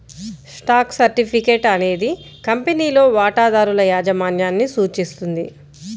stock certificate అనేది కంపెనీలో వాటాదారుల యాజమాన్యాన్ని సూచిస్తుంది